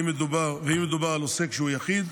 ואם מדובר על עוסק שהוא יחיד,